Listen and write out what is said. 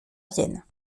vienne